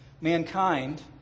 mankind